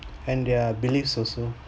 and their beliefs also